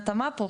ההתאמה פה,